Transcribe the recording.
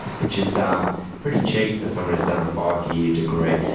which is um pretty cheap for someone who's done a five year degree.